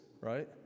right